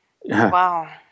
Wow